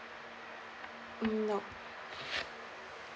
mm nope